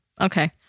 Okay